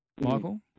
Michael